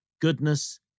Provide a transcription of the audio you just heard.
Goodness